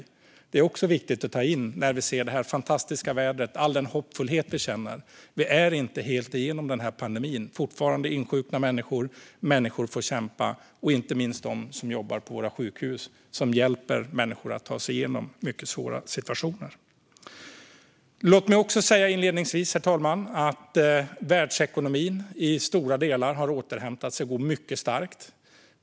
Sådant är också viktigt att ta in, nu när vi ser det fantastiska vädret och känner sådan hoppfullhet. Vi har fortfarande inte kommit igenom pandemin helt. Fortfarande insjuknar människor. Människor får kämpa, inte minst de som jobbar på våra sjukhus och hjälper människor att ta sig igenom mycket svåra situationer. Herr talman! Världsekonomin har till stora delar återhämtat sig och går mycket starkt.